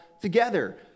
together